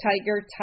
Tiger